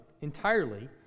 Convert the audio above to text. entirely